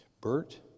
Bert